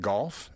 Golf